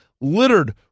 littered